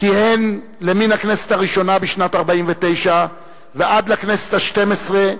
כיהן למן הכנסת הראשונה בשנת 1949 ועד לכנסת השתים-עשרה,